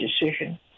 decision